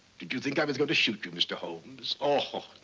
did you think i was going to shoot you, mr. holmes? oh,